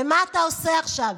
ומה אתה עושה עכשיו?